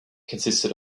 consisted